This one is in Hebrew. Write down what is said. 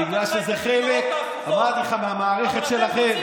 בגלל שזה חלק מהמערכת שלכם,